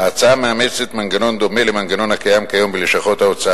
ההצעה מאמצת מנגנון דומה למנגנון הקיים כיום בלשכות ההוצאה